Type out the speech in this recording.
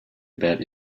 about